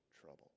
trouble